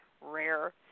rare